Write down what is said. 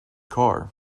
car